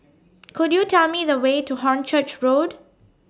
Could YOU Tell Me The Way to Hornchurch Road